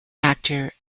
actor